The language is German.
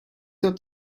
der